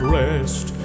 rest